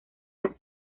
las